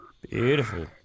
Beautiful